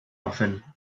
often